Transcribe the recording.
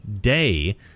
day